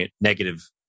negative